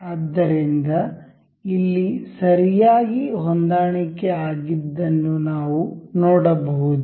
ಆದ್ದರಿಂದ ಇಲ್ಲಿ ಸರಿಯಾಗಿ ಹೊಂದಾಣಿಕೆ ಆಗಿದ್ದನ್ನು ನಾವು ನೋಡಬಹುದು